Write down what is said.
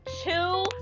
Two